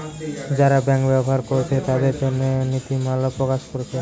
যারা ব্যাংক ব্যবহার কোরছে তাদের জন্যে নীতিমালা প্রকাশ কোরছে